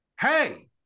Hey